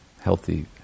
healthy